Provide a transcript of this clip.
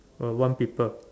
uh one people